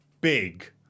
big